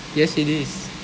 yes it is